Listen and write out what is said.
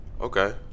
Okay